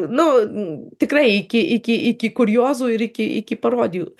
nu tikrai iki iki iki kuriozų ir iki iki parodijų